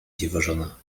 dziwożona